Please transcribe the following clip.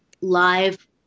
live